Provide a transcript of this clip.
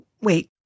Wait